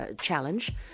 challenge